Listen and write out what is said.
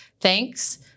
thanks